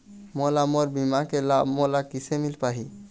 मोला मोर बीमा के लाभ मोला किसे मिल पाही?